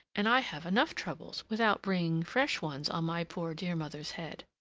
and i have enough troubles without bringing fresh ones on my poor dear mother's head.